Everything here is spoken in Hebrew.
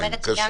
זה קשור